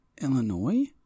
Illinois